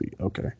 okay